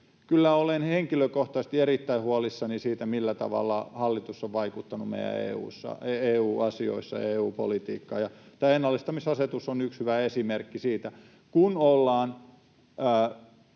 kyllä olen henkilökohtaisesti erittäin huolissani siitä, millä tavalla hallitus on vaikuttanut meidän EU-asioissa EU-politiikkaan, ja tämä ennallistamisasetus on yksi hyvä esimerkki siitä. Kun ollaan